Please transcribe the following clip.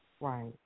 Right